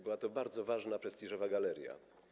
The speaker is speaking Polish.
Była to bardzo ważna, prestiżowa galeria.